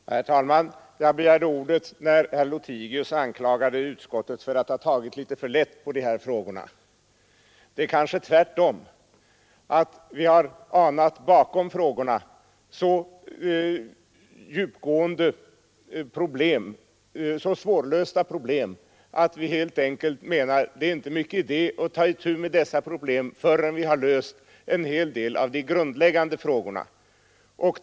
Herr talman! Jag begärde ordet när herr Lothigius anklagade utskottet för att ha tagit litet för lätt på de här frågorna. Det är kanske tvärt om. Vi har anat bakom frågorna så svårlösta problem att vi helt enkelt menar att det inte är stor idé att ta itu med dessa problem förrän vi har löst en hel del av de grundläggande frågorna.